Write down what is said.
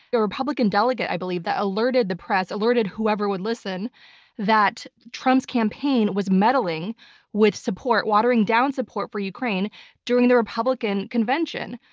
a republican delegate i believe that alerted the press, alerted whoever would listen that trump's campaign was meddling with support, watering down support for ukraine during the republican convention.